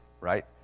right